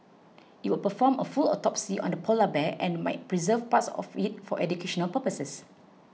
it will perform a full autopsy on the polar bear and might preserve parts of it for educational purposes